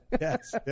Yes